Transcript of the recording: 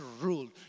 ruled